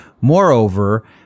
moreover